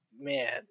Man